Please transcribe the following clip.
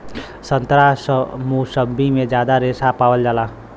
संतरा मुसब्बी में जादा रेशा पावल जाला